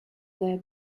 their